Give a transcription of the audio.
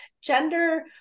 gender